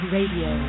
Radio